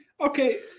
okay